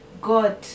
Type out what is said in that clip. God